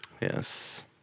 Yes